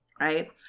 right